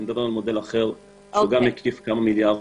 אני מדבר על מודל אחר שהוא גם מקיף כמה מיליארדים,